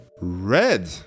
Red